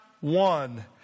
one